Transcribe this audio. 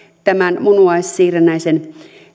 tämän munuaissiirrännäisen